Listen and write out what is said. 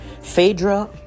phaedra